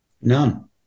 None